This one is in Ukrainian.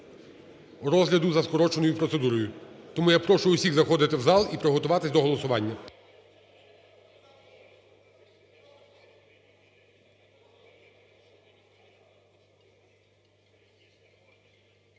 розгляду за скороченою процедурою, тому я прошу усіх заходити в зал і приготуватися до голосування.